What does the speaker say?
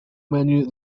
menu